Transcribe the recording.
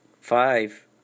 five